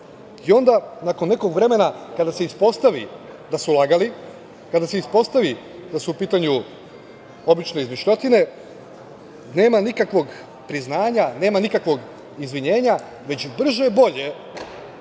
i onda, nakon nekog vremena, kada se ispostavi da su lagali, kada se ispostavi da su u pitanju obične izmišljotine, nema nikakvog priznanja, nema nikakvog izvinjenja, već brže-bolje